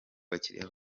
bakiliya